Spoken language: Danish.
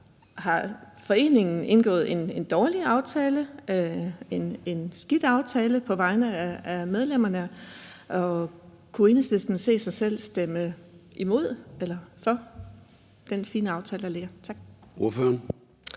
Har foreningen indgået en dårlig aftale eller en skidt aftale på vegne af medlemmerne? Og kunne Enhedslisten se sig selv stemme for eller imod den fine aftale, der ligger? Tak.